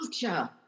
culture